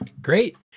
Great